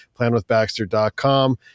planwithbaxter.com